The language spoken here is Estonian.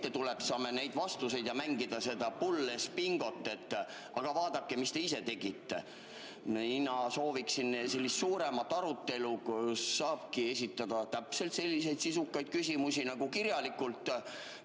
saame neid vastuseid ja mängida seda Bullies Bingot, et aga vaadake, mis te ise tegite. Mina sooviksin sellist suuremat arutelu, kus saaks esitada selliseid sisukaid küsimusi, nagu kirjalikult